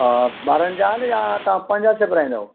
हा ॿारनि जा न या तव्हां पंहिंजा सिबाराईंदो